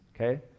okay